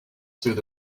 through